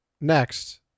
next